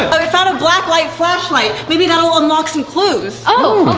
what? we found a black light flashlight. maybe that'll unlock some clues. ohh.